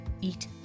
Eat